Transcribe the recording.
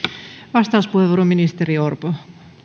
vastauspuheenvuoro ministeri orpo